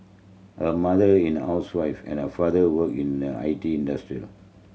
her mother in a housewife and her father work in the I T industrial